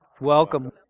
welcome